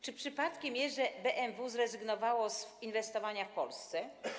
Czy przypadkiem jest, że BMW zrezygnowało z inwestowania w Polsce?